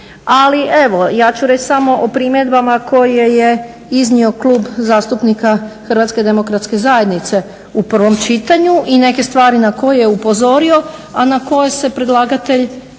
Ali evo ja ću reć samo o primjedbama koje je iznio klub zastupnika HDZ-a u prvom čitanju i neke stvari na koje je upozorio a na koje se predlagatelj